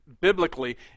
biblically